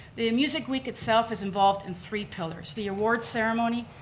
the music week itself is involved in three pillars, the awards ceremony,